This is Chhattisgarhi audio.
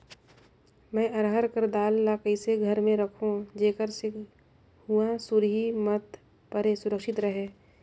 मैं अरहर कर दाल ला कइसे घर मे रखों जेकर से हुंआ सुरही मत परे सुरक्षित रहे?